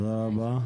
תודה רבה.